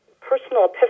personal